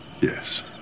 Yes